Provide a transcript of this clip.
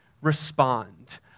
respond